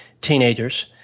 teenagers